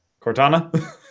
Cortana